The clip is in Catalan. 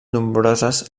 nombroses